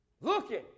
looking